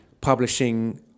publishing